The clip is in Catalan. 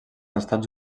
estats